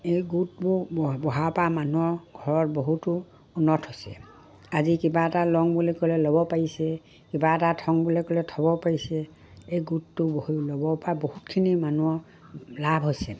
এই গোটবোৰ বহাৰপৰা মানুহৰ ঘৰত বহুতো উন্নত হৈছে আজি কিবা এটা লওঁ বুলি ক'লে ল'ব পাৰিছে কিবা এটা থওঁ বুলি ক'লে থ'ব পাৰিছে এই গোটটো বহি হ'বৰপৰা বহুতখিনি মানুহৰ লাভ হৈছে